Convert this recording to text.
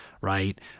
Right